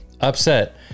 upset